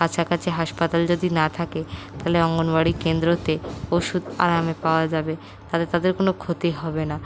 কাছাকাছি হাসপাতাল যদি না থাকে তাহলে অঙ্গনওয়ারী কেন্দ্রতে ওষুধ আরামে পাওয়া যাবে তাতে তাদের কোনও ক্ষতি হবে না